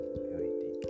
purity